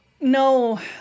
no